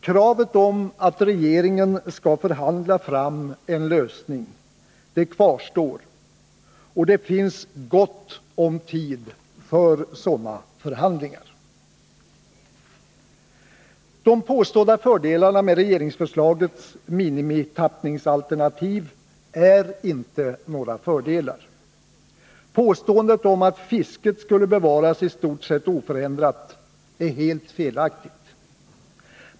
Kravet att regeringen skall förhandla fram en lösning kvarstår, och det finns gott om tid för sådana förhandlingar. De påstådda fördelarna med regeringsförslagets minimitappningsalternativ är inte några fördelar. Påståendet om att fisket skulle bevaras i stort sett oförändrat är helt felaktigt.